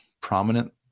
prominent